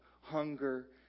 hunger